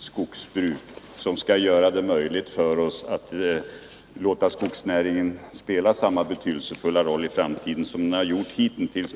Anslag inom jord Herr talman! Vi är också intresserade av att bedriva långsiktigt skogsbruk bruksdepartemensom skall göra det möjligt för oss att låta skogsnäringen spela samma tets verksamhetsbetydelsefulla roll i framtiden som den har gjort hittills.